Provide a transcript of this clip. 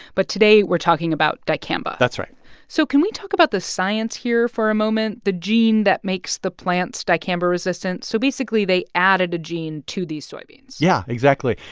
but today we're talking about dicamba that's right so can we talk about the science here for a moment, the gene that makes the plants dicamba-resistant? so, basically, they added a gene to these soybeans yeah, exactly.